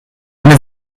eine